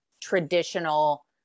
traditional